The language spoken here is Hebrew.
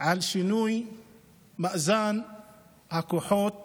על שינוי מאזן הכוחות